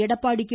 Edappadi K